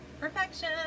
perfection